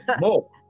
no